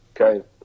Okay